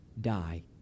die